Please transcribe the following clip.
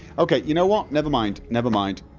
okay, you know what, nevermind, nevermind